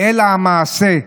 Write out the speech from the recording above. אלא המעשה,